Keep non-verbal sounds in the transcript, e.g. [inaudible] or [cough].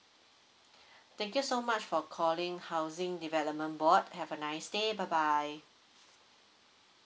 [breath] thank you so much for calling housing development board have a nice day bye bye